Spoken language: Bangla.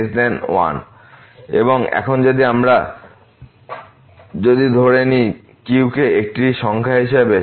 xN1 এবং এখন যদি আমরা যদি ধরে নিই আমরা q কে একটি সংখ্যা হিসাবে